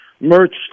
merch